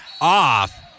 off